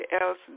else